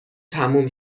تموم